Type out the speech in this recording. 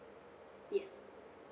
yes